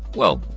well,